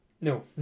No